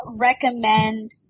recommend